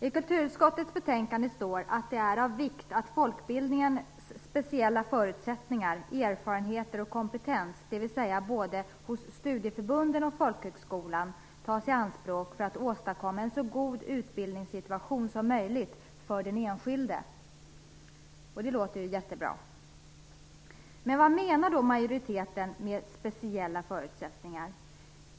I kulturutskottets betänkande står det att det är av vikt att folkbildningens speciella förutsättningar, erfarenhet och kompetens hos både studieförbunden och folkhögskolorna tas i anspråk för att åstadkomma en så god utbildningssituation som möjligt för den enskilde. Det låter ju bra. Men vad menar då majoriteten med speciella förutsättningar?